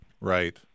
Right